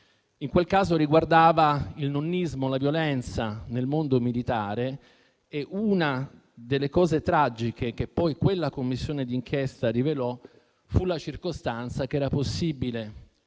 In quel caso, riguardava il nonnismo e la violenza nel mondo militare e uno degli aspetti tragici che poi quella Commissione d'inchiesta rivelò fu la circostanza che probabilmente